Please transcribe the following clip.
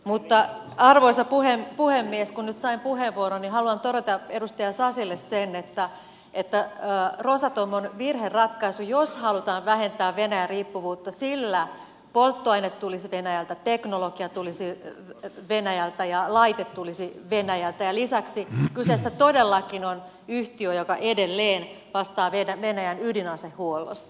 mutta arvoisa puhemies kun nyt sain puheenvuoron niin haluan todeta edustaja sasille sen että rosatom on virheratkaisu jos halutaan vähentää venäjä riippuvuutta sillä polttoaine tulisi venäjältä teknologia tulisi venäjältä ja laite tulisi venäjältä ja lisäksi kyseessä todellakin on yhtiö joka edelleen vastaa venäjän ydinasehuollosta